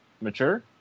Mature